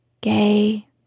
gay